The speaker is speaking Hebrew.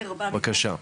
בבקשה,